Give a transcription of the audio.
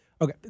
Okay